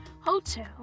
Hotel